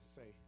say